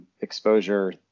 exposure